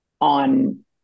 on